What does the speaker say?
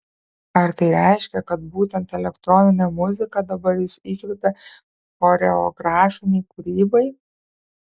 ar tai reiškia kad būtent elektroninė muzika dabar jus įkvepia choreografinei kūrybai